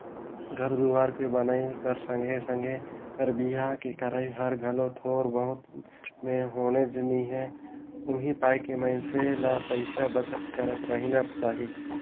घर दुवार कर बनई कर संघे संघे बर बिहा के करई हर घलो थोर बहुत में होनेच नी हे उहीं पाय के मइनसे ल पइसा बचत करत रहिना चाही